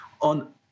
on